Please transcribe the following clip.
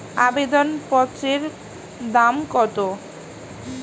আবেদন পত্রের দাম কত?